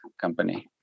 company